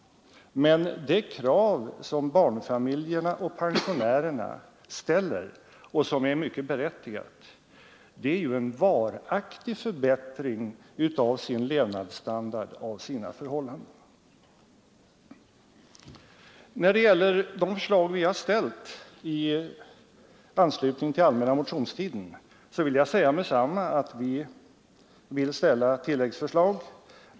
Men det krav som barnfamiljerna och pensionärerna ställer och som är mycket berättigat är ju en varaktig förbättring av sin levnadsstandard och sina förhållanden. När det gäller det förslag vi har ställt under den allmänna motionstiden vill jag med detsamma säga att vi vill komma med tilläggsförslag.